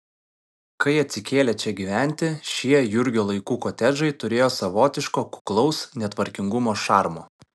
kai atsikėlė čia gyventi šie jurgio laikų kotedžai turėjo savotiško kuklaus netvarkingumo šarmo